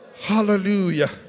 hallelujah